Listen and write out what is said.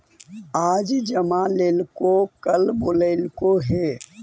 आज जमा लेलको कल बोलैलको हे?